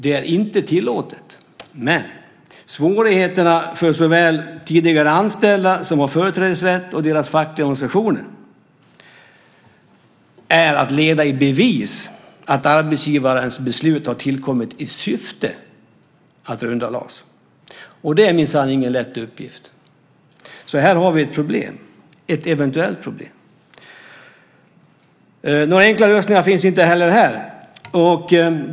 Det är inte tillåtet, men svårigheterna för såväl tidigare anställda som har företrädesrätt som deras fackliga organisationer är att leda i bevis att arbetsgivarens beslut har tillkommit i syfte att kringgå LAS, och det är minsann ingen lätt uppgift. Så här har vi ett eventuellt problem. Några enkla lösningar finns inte heller här.